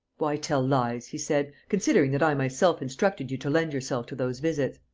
why tell lies, he said, considering that i myself instructed you to lend yourself to those visits?